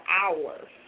hours